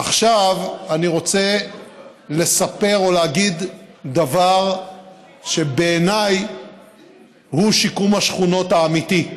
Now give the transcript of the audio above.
עכשיו אני רוצה לספר או להגיד דבר שבעיניי הוא שיקום השכונות האמיתי.